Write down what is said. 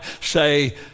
say